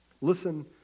Listen